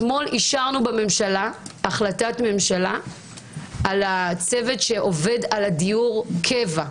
אתמול אישנו החלטת ממשלה על הצוות שעובד על דיור הקבע,